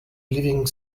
living